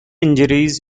injuries